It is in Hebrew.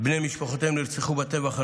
בני משפחותיהם נרצחו בטבח הנוראי.